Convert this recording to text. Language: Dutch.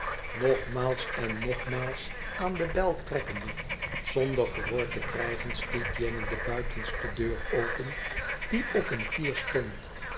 nogmaals en nogmaals aan de bel trekkende zonder gehoor te krijgen stiet jenny de buitenste deur open die op een kier stond